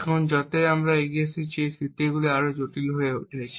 এখন সময় যতই এগিয়েছে এবং স্মৃতিগুলি আরও জটিল হয়ে উঠেছে